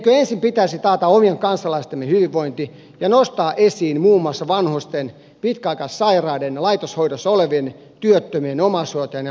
eikö ensin pitäisi taata omien kansalaistemme hyvinvointi ja nostaa esiin muun muassa vanhusten pitkäaikaissairaiden ja laitoshoidossa olevien työttömien omais hoitajien ja pienituloisten tilanne